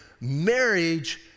Marriage